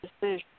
decision